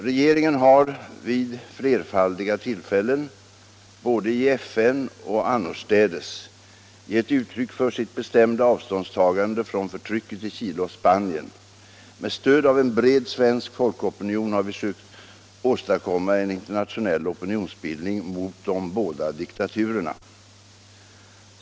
Regeringen har vid flerfaldiga tillfällen, både i FN och annorstädes, gett uttryck för sitt bestämda avståndstagande från förtrycket i Chile och Spanien. Med stöd av en bred svensk folkopinion har vi sökt åstadkomma en internationell opinionsbildning mot de båda diktaturerna.